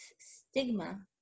stigma